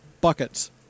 buckets